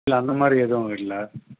இல்லை அந்தமாதிரி எதுவும் இல்லை